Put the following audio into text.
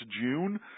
June